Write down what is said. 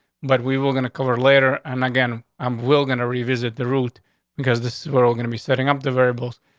but we were gonna cover later and again, i'm will going to revisit the route because this we're ah gonna be setting up the variables.